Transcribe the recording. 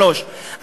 שלוש.